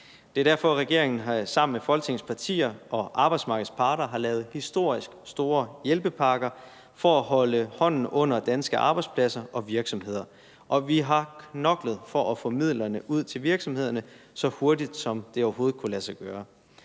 Det er derfor, regeringen sammen med Folketingets partier og arbejdsmarkedets parter har lavet historisk store hjælpepakker, altså for at holde hånden under danske arbejdspladser og virksomheder, og vi har knoklet for at få midlerne ud til virksomhederne så hurtigt, som det overhovedet kunne lade sig gøre.